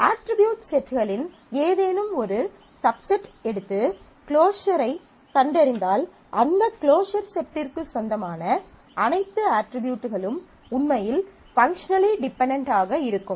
attribute செட்களின் ஏதேனும் ஒரு சப்செட் ஐ எடுத்து க்ளோஸர் ஐக் கண்டறிந்தால் அந்த க்ளோஸர் செட்டிற்குச் சொந்தமான அனைத்து அட்ரிபியூட்களும் உண்மையில் பங்க்ஷனலி டிபென்டென்ட் ஆக இருக்கும்